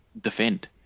defend